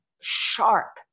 sharp